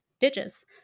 digits